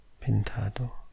Pintado